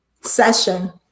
session